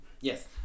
Yes